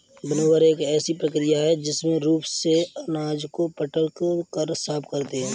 winnower एक ऐसी प्रक्रिया है जिसमें रूप से अनाज को पटक कर साफ करते हैं